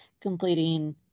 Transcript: completing